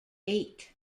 eight